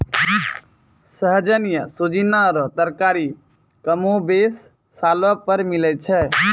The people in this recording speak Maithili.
सहजन या सोजीना रो तरकारी कमोबेश सालो भर मिलै छै